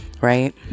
Right